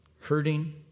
hurting